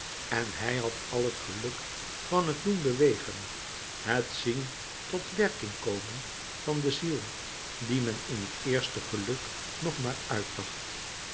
en hij had al het geluk van louis couperus metamorfoze het doén bewégen het zien tot werking komen van de ziel die men in het eerste geluk nog maar uitdacht